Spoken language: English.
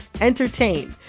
entertain